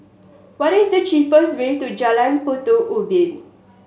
what is the cheapest way to Jalan Batu Ubin